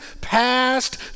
past